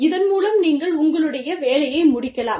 இதன் மூலம் நீங்கள் உங்களுடைய வேலையை முடிக்கலாம்